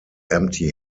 empty